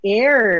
air